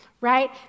right